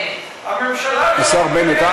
הממשלה, השר בנט.